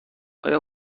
آیا